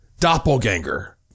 doppelganger